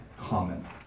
common